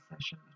session